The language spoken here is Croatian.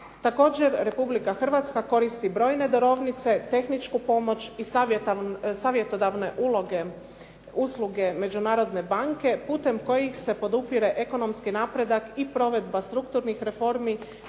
Također, Republika Hrvatska koristi brojne darovnice, tehničku pomoć i savjetodavne uloge usluge Međunarodne banke putem kojih se podupire ekonomski napredak i provedba strukturnih reformi